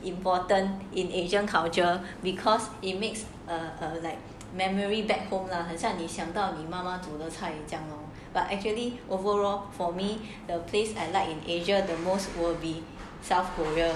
important in asian culture because it makes like memory back home lah 很像你想到你妈妈煮的菜这样 lor but actually overall for me the place I like in asia the most will be south korea